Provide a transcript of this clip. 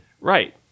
Right